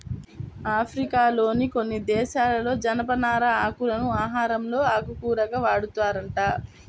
ఆఫ్రికాలోని కొన్ని దేశాలలో జనపనార ఆకులను ఆహారంలో ఆకుకూరగా వాడతారంట